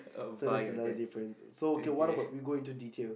so that's another difference so okay what about we go into detail